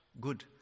good